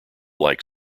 like